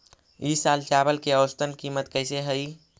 ई साल चावल के औसतन कीमत कैसे हई?